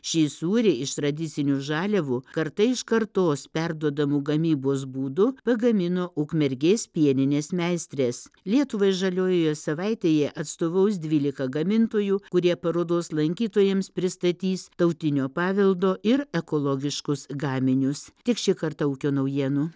šį sūrį iš tradicinių žaliavų karta iš kartos perduodamu gamybos būdu pagamino ukmergės pieninės meistrės lietuvai žaliojoje savaitėje atstovaus dvylika gamintojų kurie parodos lankytojams pristatys tautinio paveldo ir ekologiškus gaminius tiek šį kartą ūkio naujienų